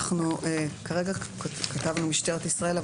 כרגע כתבנו משטרת ישראל,